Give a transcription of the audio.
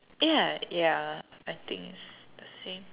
ya ya I think s~ same